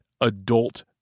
adult